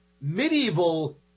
medieval